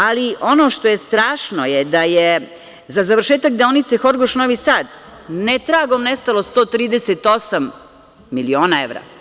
Ali, ono što je strašno da je za završetak deonice Horgoš-Novi Sad, netragom nestalo 138 miliona evra.